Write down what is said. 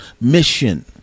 mission